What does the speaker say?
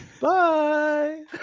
bye